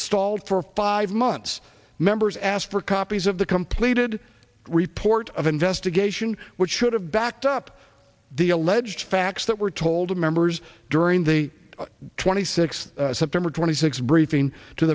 stalled for five months members asked for copies of the completed report of investigation which should have backed up the alleged facts that were told members during the twenty six september twenty sixth briefing to